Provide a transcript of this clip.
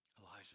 Elijah